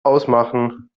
ausmachen